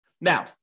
Now